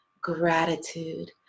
gratitude